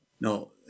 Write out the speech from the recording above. No